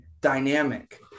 dynamic